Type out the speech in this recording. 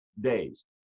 days